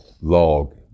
log